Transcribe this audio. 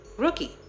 rookie